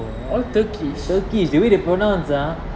all turkish